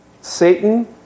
Satan